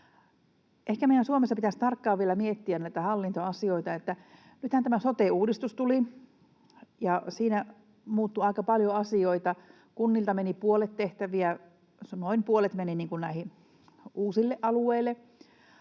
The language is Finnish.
Suomessa pitäisi tarkkaan vielä miettiä näitä hallintoasioita. Nythän tämä sote-uudistus tuli, ja siinä muuttui aika paljon asioita. Kunnilta meni noin puolet tehtävistä näille uusille alueille,